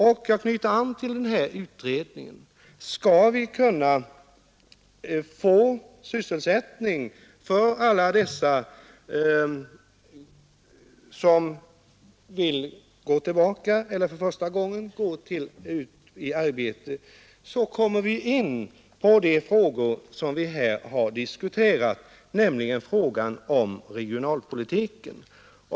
När vi skall diskutera vad vi kan göra för att skapa sysselsättning för alla dem som vill gå tillbaka till arbetet eller som för första gången söker ett arbete — för att nu återknyta till den undersökning jag nämnde — kommer vi in på frågan om regionalpolitiken.